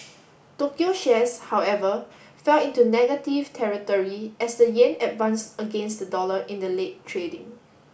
Tokyo shares however fell into negative territory as the yen advanced against the dollar in the late trading